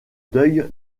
deuil